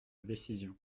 décision